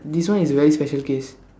this one is very special case